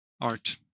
art